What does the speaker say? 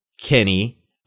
Kenny